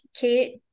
Kate